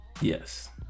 Yes